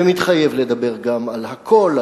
ומתחייב גם לדבר על הכול,